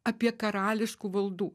apie karališkų valdų